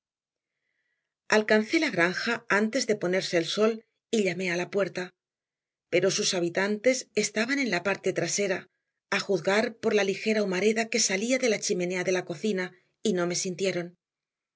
alcancé la granja antes de ponerse el sol y llamé a la puerta pero sus habitantes estaban en la parte trasera a juzgar por la ligera humareda que salía de la chimenea de la cocina y no me sintieron